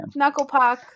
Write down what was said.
Knucklepuck